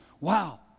wow